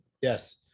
Yes